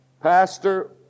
Pastor